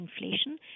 inflation